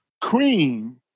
cream